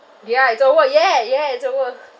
ya it's over ya ya it's over